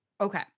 Okay